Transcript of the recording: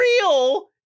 real